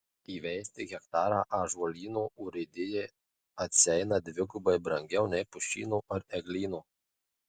įveisti hektarą ąžuolyno urėdijai atsieina dvigubai brangiau nei pušyno ar eglyno